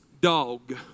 dog